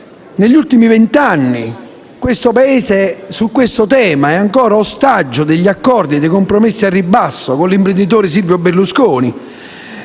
Negli ultimi vent'anni l'Italia su questo tema è ancora ostaggio degli accordi e dei compromessi al ribasso con l'imprenditore Silvio Berlusconi.